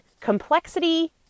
complexity